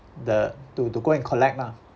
the to to go and collect lah